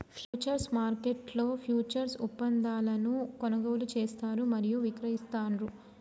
futures మార్కెట్లో futures ఒప్పందాలను కొనుగోలు చేస్తారు మరియు విక్రయిస్తాండ్రు